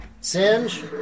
Singe